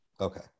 Okay